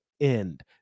end